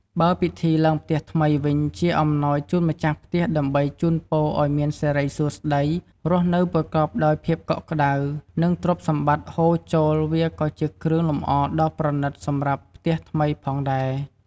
បើពិធីឡើងផ្ទះថ្មីវិញជាអំណោយជូនម្ចាស់ផ្ទះដើម្បីជូនពរឱ្យមានសិរីសួស្តី រស់នៅប្រកបដោយភាពកក់ក្តៅ និងទ្រព្យសម្បត្តិហូរចូល វាក៏ជាគ្រឿងលម្អដ៏ប្រណិតសម្រាប់ផ្ទះថ្មីផងដែរ។